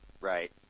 Right